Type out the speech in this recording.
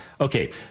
Okay